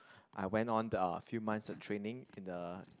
I went on a few months of training in the